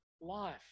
life